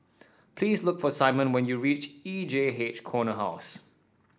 please look for Simon when you reach E J H Corner House